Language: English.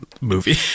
movie